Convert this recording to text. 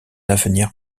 avenir